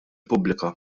pubblika